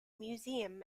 museum